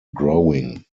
growing